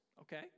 okay